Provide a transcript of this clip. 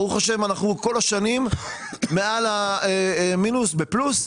ברוך השם, אנחנו כל השנים מעל המינוס, בפלוס.